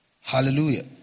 Hallelujah